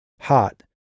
Hot